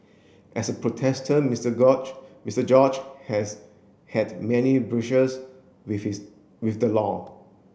as a protester Mister Mister George has had many with his with the law